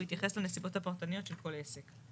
בהתייחס לנסיבות הפרטניות של כל עסק".